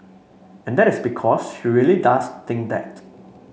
and that is because she really does think that